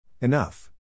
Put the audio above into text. Enough